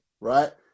right